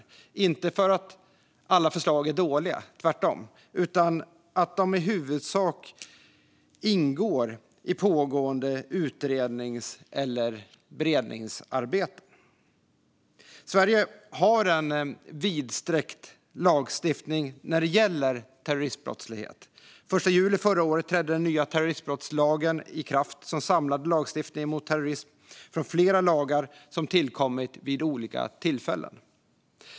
Detta beror inte på att alla förslag är dåliga - tvärtom - utan på att de i huvudsak ingår i pågående utrednings eller beredningsarbete. Sverige har en vidsträckt lagstiftning när det gäller terroristbrottslighet. Den 1 juli förra året trädde den nya terroristbrottslagen i kraft. Den samlade lagstiftningen mot terrorism från flera lagar som tillkommit vid olika tillfällen.